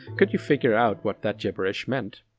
could you figure out what that gibberish meant.